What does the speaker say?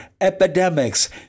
epidemics